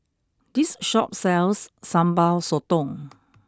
this shop sells sambal sotong